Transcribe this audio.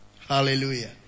Hallelujah